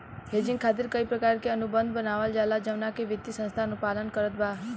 hedging खातिर कई प्रकार के अनुबंध बनावल जाला जवना के वित्तीय संस्था अनुपालन करत बा